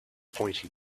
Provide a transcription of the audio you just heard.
pointing